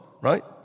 right